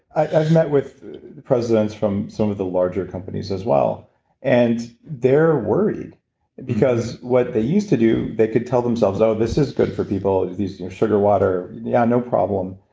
i've met with presidents from some of the larger companies as well and they're worried because what they used to do, they could tell themselves oh, this is good for people. sugar water, yeah, no problem.